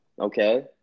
okay